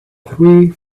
three